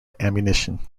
ammunition